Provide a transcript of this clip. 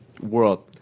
world